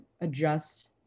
adjust